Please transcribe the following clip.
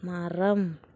மரம்